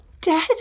Dead